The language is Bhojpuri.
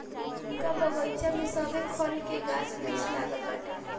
उनका बगइचा में सभे खल के गाछ वृक्ष लागल बाटे